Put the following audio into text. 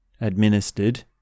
administered